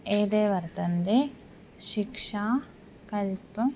एते वर्तन्ते शिक्षा कल्पं